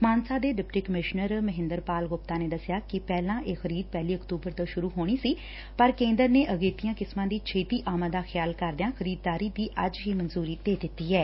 ਮਾਨਸਾ ਦੇ deputy commissioner Mahinder Pal Gupta ਨੇ ਦਸਿਆ ਕਿ ਪਹਿਲਾਂ ਇਹ ਖਰੀਦ ਪਹਿਲੀ ਅਕਤੁਬਰ ਤੋਂ ਸ਼ੁਰੁ ਹੋਣੀ ਸੀ ਪਰ ਕੇਂਦਰ ਨੇ ਅਗੇਤੀਆਂ ਕਿਸਮਾਂ ਦੀ ਛੇਤੀ ਆਮਦ ਦਾ ਖਿਆਲ ਕਰਦਿਆਂ ਖਰੀਦਦਾਰੀ ਦੀ ਅੱਜ ਹੀ ਮਨਜੁਰੀ ਦੇ ਦਿੱਤੀ ਐ